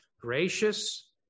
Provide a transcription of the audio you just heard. gracious